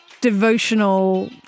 devotional